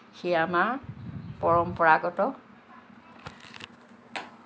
সেই আমাৰ পৰম্পৰাগত